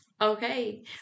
okay